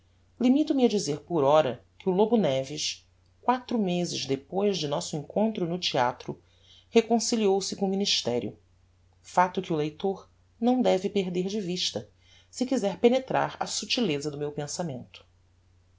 dizer por ora que o lobo neves quatro mezes depois de nosso encontro no theatro reconciliou se com o ministerio facto que o leitor não deve perder de vista se quizer penetrar a subtileza do meu pensamento